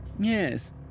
Yes